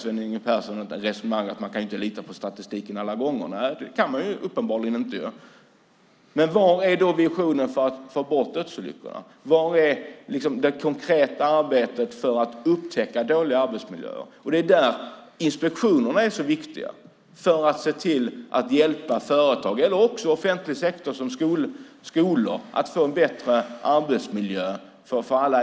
Sedan har i och för sig Sven Yngve Persson ett resonemang om att man inte alla gånger kan lita på statistiken. Men var är då visionen för att få bort dödsolyckorna? Var finns det konkreta arbetet för att upptäcka dåliga arbetsmiljöer? Där är inspektionerna viktiga för att hjälpa företag eller arbetsplatser i offentlig sektor, som skolor, att få en bättre arbetsmiljö.